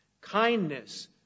kindness